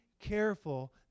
careful